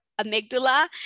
amygdala